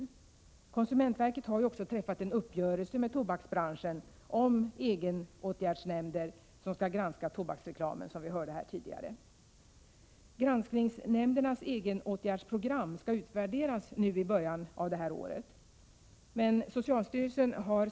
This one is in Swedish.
Som vi nyss hörde har konsumentverket också träffat en uppgörelse med tobaksbranschen om egenåtgärdsnämnder som skall granska tobaksreklamen. Granskningsnämndernas egenåtgärdsprogram skall utvärderas nu i början av 1988.